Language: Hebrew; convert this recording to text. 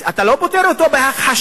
אתה לא פותר אותו בהכחשתה.